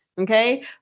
okay